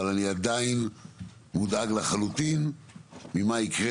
אבל אני עדיין מודאג לחלוטין ממה יקרה